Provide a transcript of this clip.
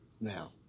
Now